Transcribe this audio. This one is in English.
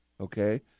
okay